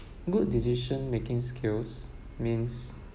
good decision-making skills means